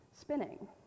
spinning